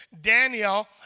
Daniel